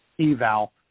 eval